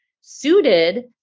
suited